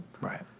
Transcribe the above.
Right